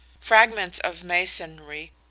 fragments of masonry,